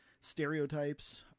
stereotypes